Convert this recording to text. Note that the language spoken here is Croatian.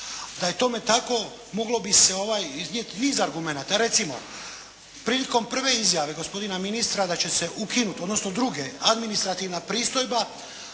Da je tome tako, moglo bi se iznijeti niz argumenta. Recimo, prilikom prve izjave gospodina ministra da će se ukinuti, odnosno druge, administrativna pristojba